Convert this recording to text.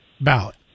ballot